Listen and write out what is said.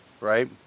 right